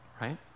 Right